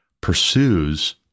pursues